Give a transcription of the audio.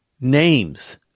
names